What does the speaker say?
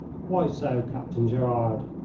why so, captain gerard?